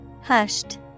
Hushed